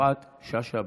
יפעת שאשא ביטון.